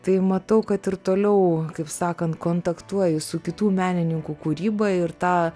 tai matau kad ir toliau kaip sakant kontaktuoji su kitų menininkų kūryba ir tą